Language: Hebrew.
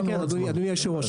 אדוני היושב ראש,